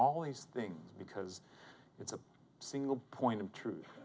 all these things because it's a single point of truth